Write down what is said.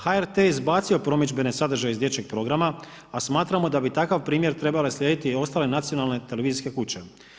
HRT je izbacio promidžbene sadržaje iz dječjeg programa, a smatramo da bi takav primjer trebale slijediti i ostale nacionalne televizijske kuće.